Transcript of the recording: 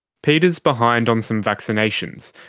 peter is behind on some vaccinations,